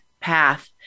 path